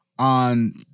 On